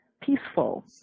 peaceful